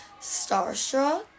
Starstruck